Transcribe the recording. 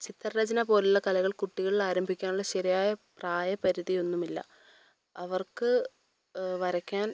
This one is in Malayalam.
ചിത്രരചന പോലുള്ള കലകൾ കുട്ടികളിൽ ആരംഭിക്കാനുള്ള ശരിയായ പ്രായപരിധി ഒന്നുമില്ല അവർക്ക് വരയ്ക്കാൻ